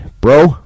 Bro